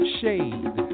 shade